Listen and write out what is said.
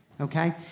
okay